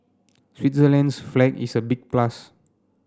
Switzerland's flag is a big plus